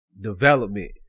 development